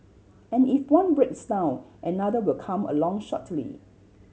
and if one breaks down another will come along shortly